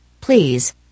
Please